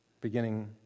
beginning